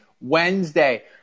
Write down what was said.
Wednesday